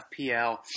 FPL